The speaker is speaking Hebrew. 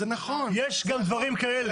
יש גם דברים כאלה.